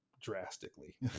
drastically